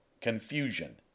Confusion